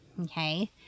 Okay